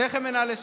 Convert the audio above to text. שניכם מנהלי שטח.